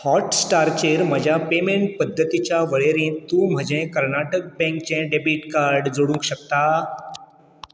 हॉटस्टारचेर म्हज्या पेमॅण पद्दतीच्या वळेरेंत तूं म्हजें कर्नाटक बँकचें डॅबीट कार्ड जोडूक शकता